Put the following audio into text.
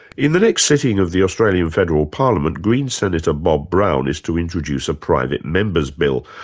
in the next sitting of the australian federal parliament, greens senator bob brown is to introduce a private member's bill,